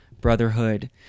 brotherhood